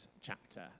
chapter